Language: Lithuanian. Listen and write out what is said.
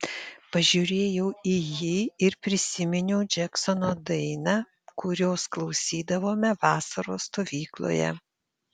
pažiūrėjau į jį ir prisiminiau džeksono dainą kurios klausydavome vasaros stovykloje